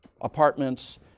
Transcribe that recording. apartments